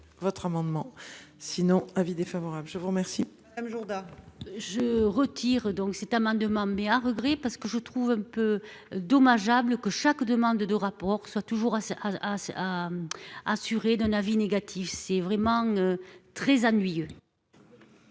votre amendement sinon avis défavorable je vous remercie. M. Jourdas. Je retire donc cet amendement mais à regret parce que je trouve un peu dommageable que chaque demande de rapport soit toujours à à à à assurer d'un avis négatif, c'est vraiment très ennuyeux.